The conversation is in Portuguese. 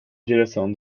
direção